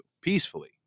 peacefully